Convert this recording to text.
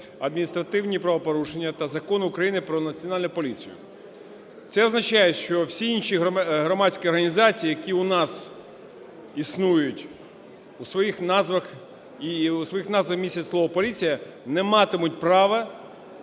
адміністративні правопорушення та Закону України "Про Національну поліцію". Це означає, що всі інші громадські організації, які у нас існують, у своїх назвах... і у своїх назвах містять слово "поліція", не матимуть права